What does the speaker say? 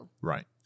Right